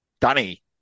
Danny